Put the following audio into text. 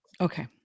Okay